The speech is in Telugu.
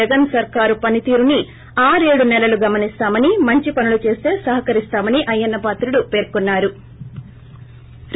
జగన్ సర్కారు పనితీరుని ఆరు ఏడు నెలలు గమనిస్తామని మంచి పనులు చేస్తో సహకరిస్తామని అయ్యన్న పాత్రుడు పెర్కున్నారు